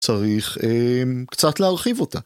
צריך קצת להרחיב אותה.